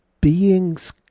beings